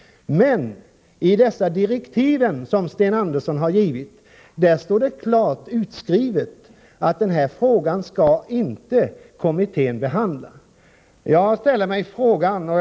Men i de direktiv som Sten Andersson har givit står det klart utskrivet att kommittén inte skall behandla frågan om pensionstillskott vid undantagande från ATP.